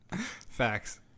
Facts